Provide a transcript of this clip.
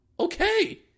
Okay